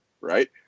right